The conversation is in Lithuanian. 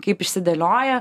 kaip išsidėlioja